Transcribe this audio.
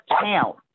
count